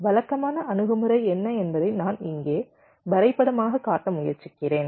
வழக்கமான அணுகுமுறை என்ன என்பதை நான் இங்கே வரைபடமாகக் காட்ட முயற்சிக்கிறேன்